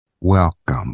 Welcome